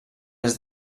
des